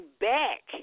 back